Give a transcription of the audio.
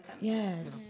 Yes